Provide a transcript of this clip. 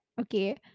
okay